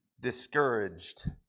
discouraged